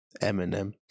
Eminem